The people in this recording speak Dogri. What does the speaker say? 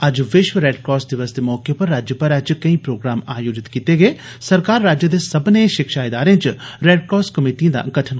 अज्ज विष्व रेडक्रास दिवस दे मौके पर राज्य भरै च केई प्रोग्राम आयोजित सरकार राज्य दे सब्बनें षिक्षा इदारें च रेडक्रास कमेटियें दा करग गठन